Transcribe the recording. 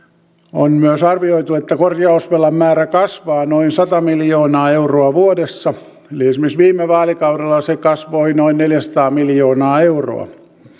on myös arvioitu että korjausvelan määrä kasvaa noin sata miljoonaa euroa vuodessa eli esimerkiksi viime vaalikaudella se kasvoi noin neljäsataa miljoonaa euroa